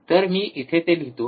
तर मी इथे ते लिहतो